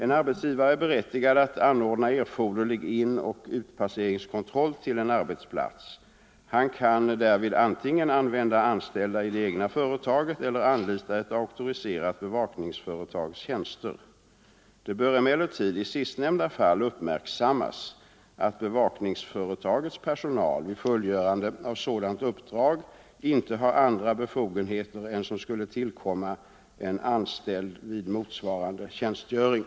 En arbetsgivare är berättigad att anordna erforderlig inoch utpasseringskontroll till en arbetsplats. Han kan därvid antingen använda anställda i det egna företaget eller anlita ett auktoriserat bevakningsföretags tjänster. Det bör emellertid i sistnämnda fall uppmärksammas att bevakningsföretagets personal vid fullgörandet av sådant uppdrag inte har andra befogenheter än som skulle tillkomma en anställd vid motsvarande tjänstgöring.